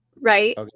Right